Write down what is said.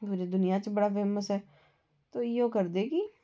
पूरी दुनिया च बड़ा फेमस ऐ ते इयै करदे कि